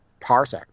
Parsec